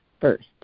first